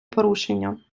порушення